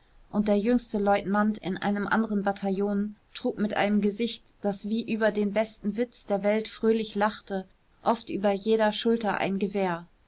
und der jüngste leutnant in einem anderen bataillon trug mit einem gesicht das wie über den besten witz der welt fröhlich lachte oft über jeder schulter ein gewehr